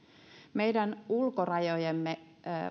meidän ulkorajojemme